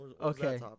Okay